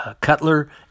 Cutler